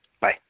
Bye